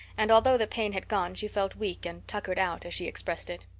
and although the pain had gone she felt weak and tuckered out, as she expressed it.